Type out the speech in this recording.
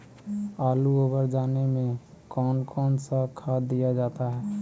आलू ओवर जाने में कौन कौन सा खाद दिया जाता है?